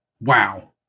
wow